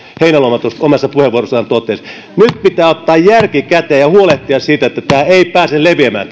heinäluoma omassa puheenvuorossaan totesi nyt pitää ottaa järki käteen ja huolehtia siitä että tämä tauti ei pääse leviämään